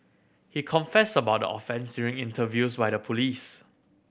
he confessed about the offence during interviews by the police